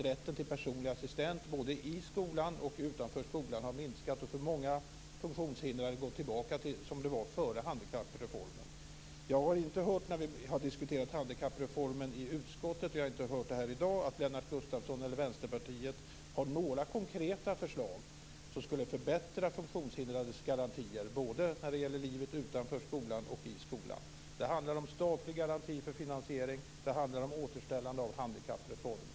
Rätten till personlig assistent både i skolan och utanför skolan har minskat, och många funktionshindrade har fått gå tillbaka till de förhållanden som rådde före handikappreformen. Jag har inte hört det när vi har diskuterat handikappreformen i utskottet och jag har inte hört här i dag att Lennart Gustavsson eller Vänsterpartiet har några konkreta förslag som skulle förbättra de funktionshindrades garantier både när det gäller livet utanför skolan och i skolan. Det handlar om statlig garanti för finansiering. Det handlar om återställande av handikappreformen.